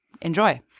enjoy